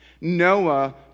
Noah